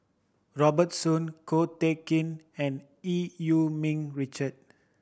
Robert Soon Ko Teck Kin and Eu Yee Ming Richard